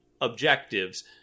objectives